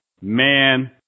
man